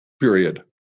period